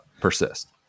persist